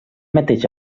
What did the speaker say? mateix